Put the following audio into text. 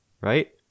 right